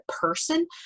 person